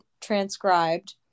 transcribed